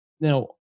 now